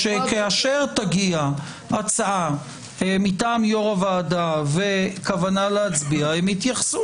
כאשר תגיע הצעה מטעם יושב-ראש הוועדה וכוונה להצביע הם יתייחסו